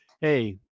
Hey